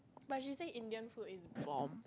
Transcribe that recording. but she say Indian food is bomb